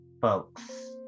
folks